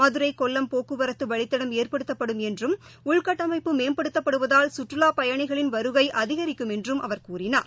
மதுரை கொல்லம் போக்குவரத்தவழித்தடம் ஏற்படுத்தபடும் என்றும் உள்கட்டளமப்பு மேம்படுத்தப்படுவதால் சுற்றலாப் பயணிகளின் வருகைஅதிகரிக்கும் என்றும் அவர் கூறினார்